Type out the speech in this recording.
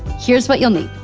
here's what you'll need.